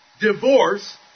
divorce